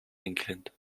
england